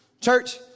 Church